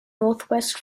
northwest